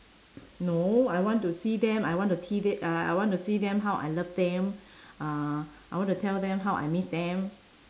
no I want to see them I want to t~ uh I want to see them how I love them uh I want to tell them how I miss them